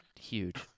huge